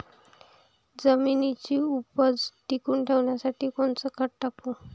जमिनीची उपज टिकून ठेवासाठी कोनचं खत टाकू?